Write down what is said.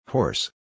Horse